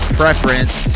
preference